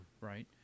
Right